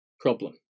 problem